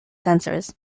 sensors